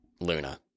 Luna